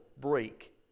break